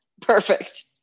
Perfect